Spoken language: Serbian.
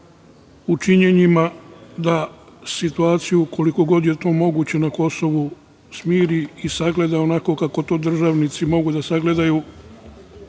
u činjenima da situaciju, koliko god je to moguće, na Kosovu smiri i sagleda onako kako to državnici mogu da sagledaju